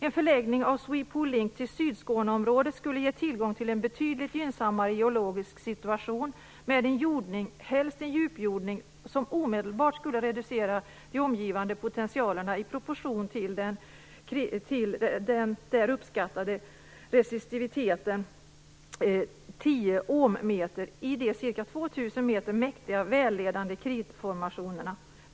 En förläggning av Swe Pol-Link till Sydskåneområdet skulle ge tillgång till en betydligt gynnsammare geologisk situation med en jordning, helst en djupjordning, som omedelbart skulle reducera de omgivande potentialerna i proportion till den där uppskattade resistiviteten 10 ohmmeter i de ca 2000 meter mäktiga välledande kritformationerna.